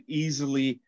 easily